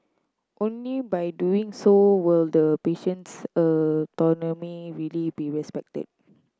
only by doing so will the patient's autonomy really be respected